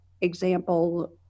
example